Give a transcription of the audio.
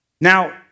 Now